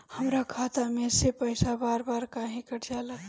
हमरा खाता में से पइसा बार बार काहे कट जाला?